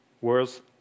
words